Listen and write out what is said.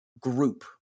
group